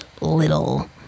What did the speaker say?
little